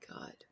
God